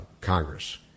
Congress